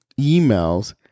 emails